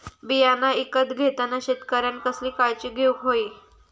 बियाणा ईकत घेताना शेतकऱ्यानं कसली काळजी घेऊक होई?